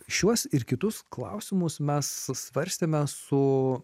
šiuos ir kitus klausimus mes svarstėme su